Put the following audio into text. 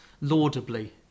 laudably